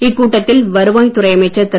இக்கூட்டத்தில் வருவாய் துறை அமைச்சர் திரு